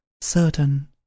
certain